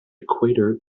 equator